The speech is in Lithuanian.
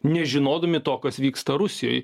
nežinodami to kas vyksta rusijoj